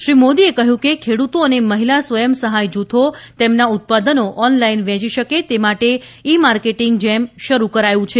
શ્રી મોદીએ કહ્યું કે ખેડૂતો અને મહિલા સ્વયં સહાય જૂથો તેમનાં ઉત્પાદનો ઓનલાઇન વેચી શકે તે માટે ઇ માર્કેટીંગ જેમ શરૂ કરાયું છે